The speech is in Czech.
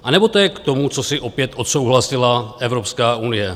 Anebo to je k tomu, co si opět odsouhlasila Evropská unie?